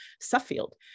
Suffield